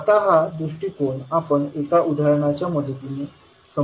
आता हा दृष्टीकोन आपण एका उदाहरणाच्या मदतीने समजून घेण्याचा प्रयत्न करूया